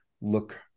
look